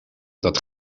dat